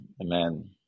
amen